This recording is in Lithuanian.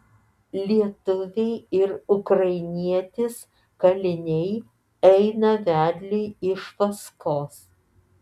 lietuviai ir ukrainietis kaliniai eina vedliui iš paskos